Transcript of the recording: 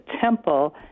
temple